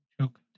Choke